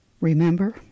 Remember